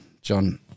John